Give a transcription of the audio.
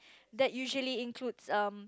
that usually includes um